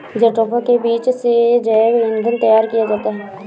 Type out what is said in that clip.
jatropha के बीज से जैव ईंधन तैयार किया जाता है